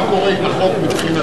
מה קורה עם החוק מבחינתו,